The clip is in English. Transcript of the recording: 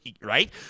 right